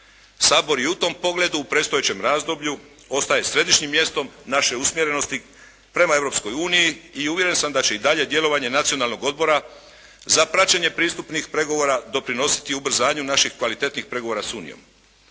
Sabor i u tom pogledu u predstojećem razdoblju ostaje središnjim mjestom naše usmjerenosti prema Europskoj uniji i uvjeren sam da će i dalje djelovanje Nacionalnog odbora za praćenje pristupnih pregovora doprinositi ubrzanju naših kvalitetnih pregovora s unijom.